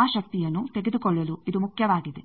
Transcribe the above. ಆ ಶಕ್ತಿಯನ್ನು ತೆಗೆದುಕೊಳ್ಳಲು ಇದು ಮುಖ್ಯವಾಗಿದೆ